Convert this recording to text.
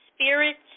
Spirits